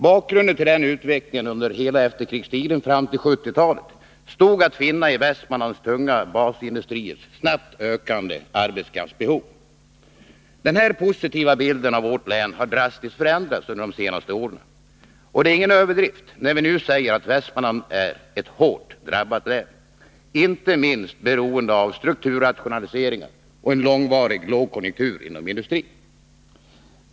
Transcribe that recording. Bakgrunden till denna utveckling under hela efterkrigstiden fram till 1970-talet stod att finna i Västmanlands tunga basindustriers snabbt ökande arbetskraftsbehov. Den här positiva bilden av vårt län har drastiskt förändrats under de senaste åren. Det är ingen överdrift när vi nu säger att Västmanland är ett hårt drabbat län, inte minst beroende på strukturrationaliseringar och en långvarig lågkonjunktur inom industrin.